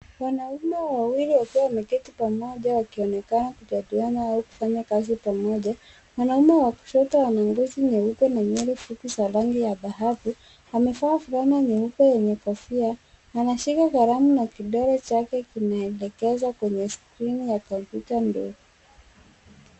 Wanaume wawili wakiwa wameketi pamoja wakionekana kujadiliana au kufanya kazi pamoja. Mwanaume wa kushoto ana ngozi nyeupe na nywele fupi za rangi ya dhahabu. Amevaa fulana nyeupe yenye kofia na anashika kalamu na kidole chake kimeelekeza kwenye skrini ya kompyuta ndogo.